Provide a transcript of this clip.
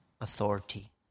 authority